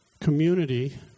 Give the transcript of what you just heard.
community